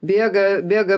bėga bėga